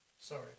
Sorry